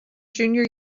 junior